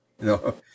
No